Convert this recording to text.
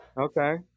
okay